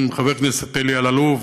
חברי הכנסת אלי אלאלוף,